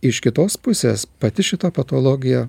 iš kitos pusės pati šita patologija